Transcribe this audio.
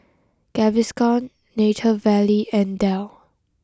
Gaviscon Nature Valley and Dell